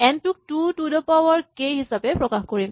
N to k to to the power K হিচাপে প্ৰকাশ কৰিম